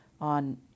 on